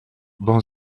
bon